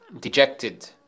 dejected